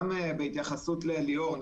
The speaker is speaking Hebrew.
גם בהתייחסות לדבריה של ליאור,